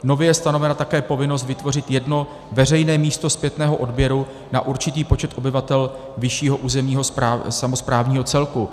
Nově je stanovena také povinnost vytvořit jedno veřejné místo zpětného odběru na určitý počet obyvatel vyššího územního samosprávního celku.